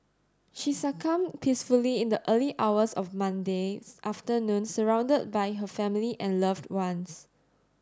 she succumbed peacefully in the early hours of Monday afternoon surrounded by her family and loved ones